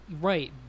Right